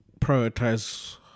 prioritize